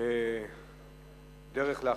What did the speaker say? דרך לאחרים.